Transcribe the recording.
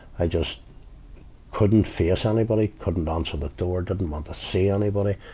i just couldn't face anybody. couldn't answer the door, didn't want to see anybody.